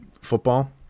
football